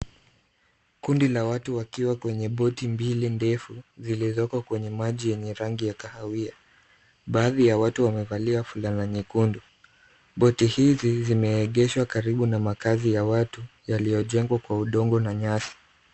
Kundi la watu wakiwa kwenye boti mbili ndefu, zilizoko kwenye maji yenye rangi ya kahawia. Baadhi ya watu wamevalia fulana nyekundu. Boti hizi zimeegeshwa karibu na makazi ya watu, yaliyojengwa kwa udongo na nyasi.